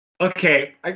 Okay